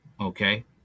okay